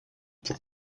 pour